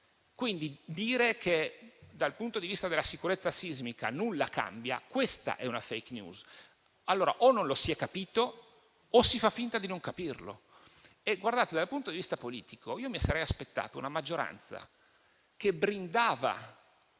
Quindi, dire che dal punto di vista della sicurezza sismica nulla cambia è una *fake news*. O non lo si è capito o si fa finta di non capirlo. E dal punto di vista politico mi sarei aspettato una maggioranza che brindava